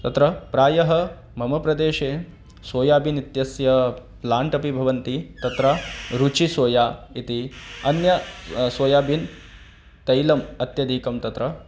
तत्र प्रायः मम प्रदेशे सोयाबीन् इत्यस्य प्लाण्ट् अपि भवति तत्र रुचिः सोया इति अन्य सोयाबीन् तैलम् अत्यधिकं तत्र